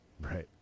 Right